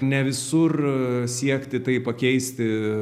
ne visur siekti tai pakeisti